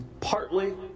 partly